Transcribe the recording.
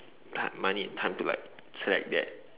like money and time to like select that